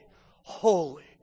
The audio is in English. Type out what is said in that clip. holy